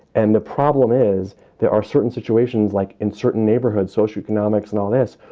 and the problem is there are certain situations like in certain neighborhoods, socioeconomics and all this.